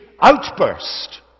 outburst